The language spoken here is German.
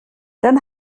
dann